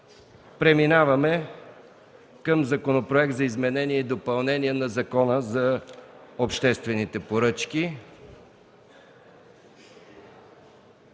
преминем към Законопроекта за изменение и допълнение на Закона за обществените поръчки,